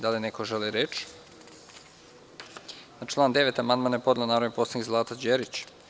Da li neko želi reč? (Ne.) Na član 9. amandman je podnela narodni poslanik Zlata Đerić.